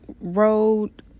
road